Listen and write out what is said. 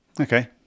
Okay